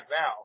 now